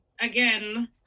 Again